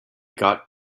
got